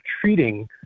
treating